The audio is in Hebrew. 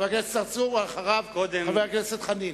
חבר הכנסת צרצור, ואחריו, חבר הכנסת חנין.